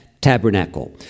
tabernacle